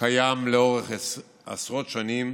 קיים לאורך עשרות שנים,